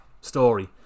story